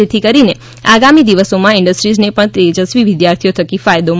જેથી કરીને આગામી દિવસોમાં ઈન્ડસ્ટ્રીઝને પણ તેજસ્વી વિદ્યાર્થીઓ થકી ફાયદો થશે